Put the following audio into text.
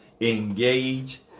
engage